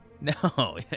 No